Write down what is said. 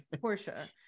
Portia